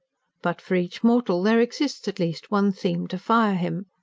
but for each mortal there exists at least one theme to fire him.